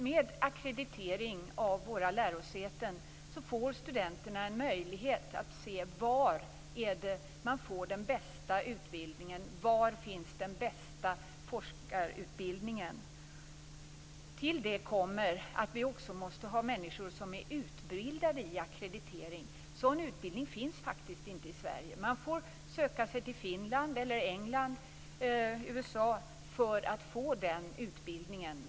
Med ackreditering av våra lärosäten får studenterna en möjlighet att se var man får den bästa utbildningen, var den bästa forskarutbildningen finns. Till detta kommer att vi också måste ha människor som är utbildade i ackreditering. Sådan utbildning finns faktiskt inte i Sverige. Man får söka sig till Finland, England eller USA för att få den utbildningen.